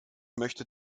möchte